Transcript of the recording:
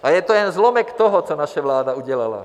A je to jen zlomek toho, co naše vláda udělala.